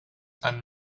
and